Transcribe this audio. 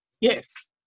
Yes